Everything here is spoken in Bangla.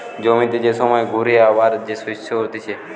জমিতে যে সময় ঘুরে আবার যে শস্য হতিছে